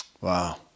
Wow